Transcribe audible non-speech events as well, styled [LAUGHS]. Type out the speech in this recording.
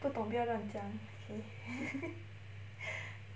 不懂不要乱讲 okay [LAUGHS]